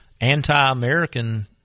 anti-American